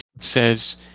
says